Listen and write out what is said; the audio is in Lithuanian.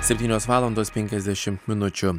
septynios valandos penkiasdešimt minučių